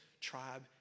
tribe